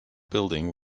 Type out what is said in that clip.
building